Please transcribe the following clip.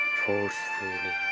forcefully